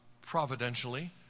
Providentially